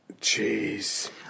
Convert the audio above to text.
Jeez